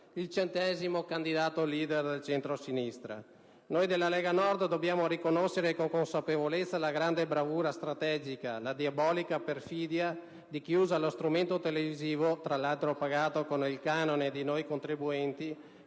il centesimo candidato leader del centrosinistra. Noi della Lega Nord dobbiamo riconoscere con consapevolezza la grande bravura strategica, la diabolica perfidia di chi utilizza lo strumento televisivo, pagato tra l'altro con il canone di noi contribuenti,